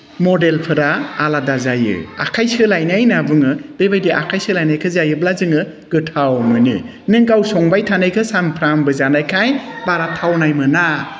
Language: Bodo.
मडेलफोरा आलादा जायो आखाइ सोलायनाय होनना बुङो बेबायदि आखाइ सोलायनायखौ जायोब्ला जोङो गोथाव मोनो नों गाव संबाय थानायखौ सानफ्रोमबो जानायखाय बारा थावनाय मोना